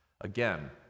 Again